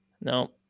No